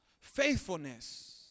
Faithfulness